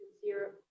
zero